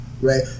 right